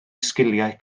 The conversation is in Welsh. sgiliau